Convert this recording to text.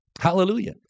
Hallelujah